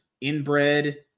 inbred